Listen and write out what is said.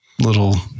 little